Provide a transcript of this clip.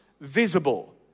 visible